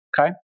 okay